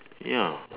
ya